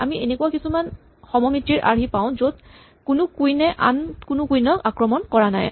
আমি এনেকুৱা কিছুমান সমমিতিৰ আৰ্হি পাওঁ য'ত কোনো কুইন এ আন কোনো কুইন ক আক্ৰমণ কৰা নাই